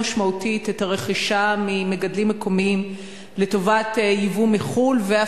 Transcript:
משמעותית את הרכישה ממגדלים מקומיים לטובת יבוא מחוץ-לארץ,